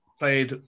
played